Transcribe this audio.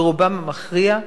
ברובם המכריע,